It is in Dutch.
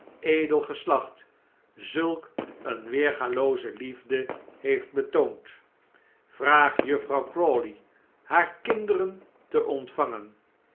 edel geslacht zulk een weergalooze liefde heeft betoond vraag juffrouw crawley haar kinderen te ontvangen